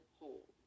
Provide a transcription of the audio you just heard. hole